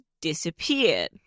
disappeared